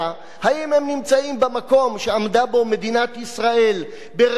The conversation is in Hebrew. במקום שעמדה בו מדינת ישראל בראשית קיומה,